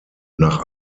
nach